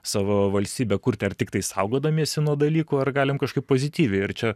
savo valstybę kurti ar tiktai saugodamiesi nuo dalykų ar galim kažkaip pozityviai ir čia